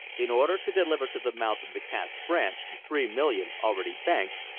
in order to deliver to the mouth of the cass branch the three million already banked,